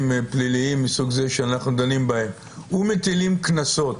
פליליים מסוג זה שאנחנו דנים בהם ומטילים קנסות,